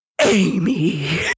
Amy